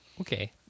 Okay